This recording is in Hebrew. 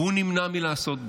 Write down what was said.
והוא נמנע מלעשות זאת.